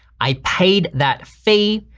i paid that fee,